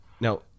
Now